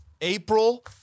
April